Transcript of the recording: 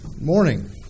Morning